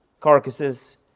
carcasses